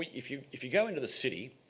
if you if you go into the city,